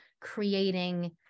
creating